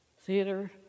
Theater